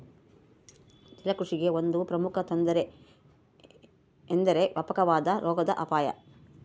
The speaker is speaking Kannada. ಜಲಕೃಷಿಗೆ ಒಂದು ಪ್ರಮುಖ ತೊಂದರೆ ಎಂದರೆ ವ್ಯಾಪಕವಾದ ರೋಗದ ಅಪಾಯ